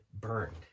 burned